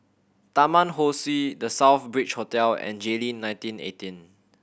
Taman Ho Swee The Southbridge Hotel and Jayleen nineteen eighteen